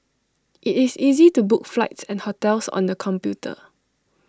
IT is easy to book flights and hotels on the computer